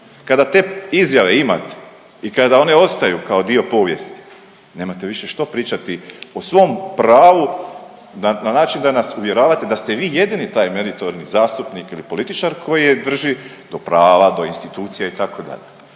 Kada te izjave imate i kada one ostaju kao dio povijesti, nemate više što pričati o svom pravu na način da nas uvjeravate da ste vi jedini taj meritorni zastupnik ili političar koji drži do prava, do institucija itd..